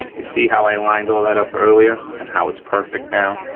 you see how i lined all that up earlier? and how it's perfect now?